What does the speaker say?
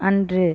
அன்று